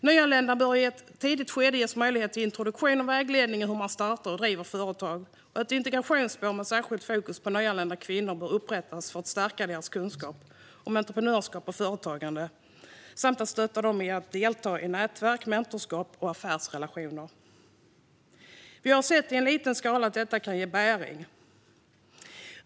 Nyanlända bör i ett tidigt skede ges möjlighet till introduktion och vägledning i hur man startar och driver företag, och ett integrationsspår med särskilt fokus på nyanlända kvinnor bör upprättas för att stärka deras kunskap om entreprenörskap och företagande samt stötta dem i att delta i nätverk, mentorskap och affärsrelationer. Vi har sett i en liten skala att detta kan ge bäring.